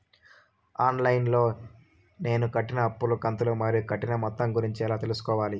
On line లో నేను కట్టిన అప్పు కంతులు మరియు కట్టిన మొత్తం గురించి ఎలా తెలుసుకోవాలి?